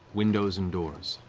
windows and doors.